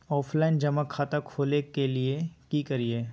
Offline जमा खाता खोले ले की करिए?